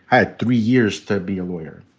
had three years to be a lawyer.